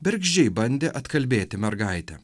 bergždžiai bandė atkalbėti mergaitę